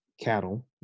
cattle